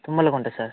Tummalagunta sir